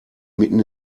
mitten